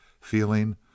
feeling